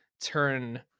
turn